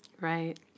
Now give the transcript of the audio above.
right